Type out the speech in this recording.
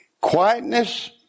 quietness